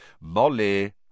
Molly